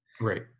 Right